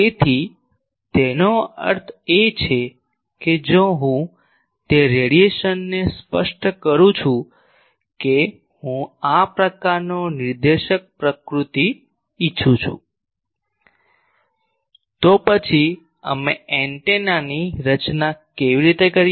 તેથી તેનો અર્થ એ છે કે જો હું તે રેડિયેશનને સ્પષ્ટ કરું છું કે હું આ પ્રકારનો નિર્દેશક પ્રકૃતિ ઇચ્છું છું તો પછી અમે એન્ટેનાની રચના કેવી રીતે કરીએ